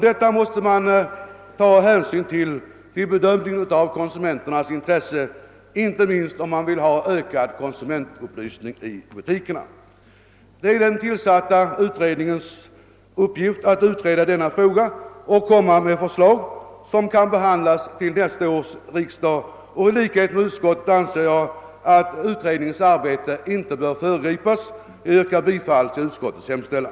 Detta måste man ta hänsyn till vid bedömningen av konsumenternas intressen, inte minst om man vill ha ökad konsumentupplysning i butikerna. Det är ju den tillsatta utredningens uppgift att utreda denna fråga och komma med förslag, som kan behandlas av nästa års riksdag. I likhet med utskottet anser jag att utredningens arbete inte bör föregripas. Jag yrkar bifall till utskottets hemställan.